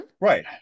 right